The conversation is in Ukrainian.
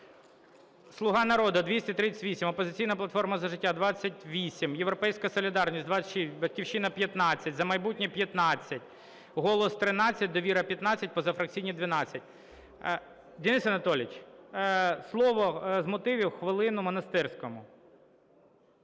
Денис Анатолійович! Слово з мотивів – хвилину Монастирському.